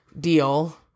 deal